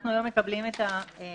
אנחנו היום מקבלים את המב"דים,